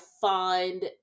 find